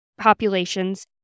populations